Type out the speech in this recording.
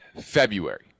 February